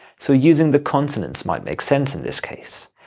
so using the continents might make sense in this case.